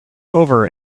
over